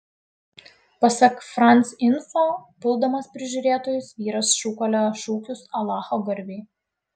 pasak france info puldamas prižiūrėtojus vyras šūkaliojo šūkius alacho garbei